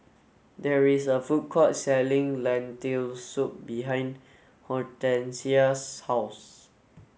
there is a food court selling Lentil Soup behind Hortencia's house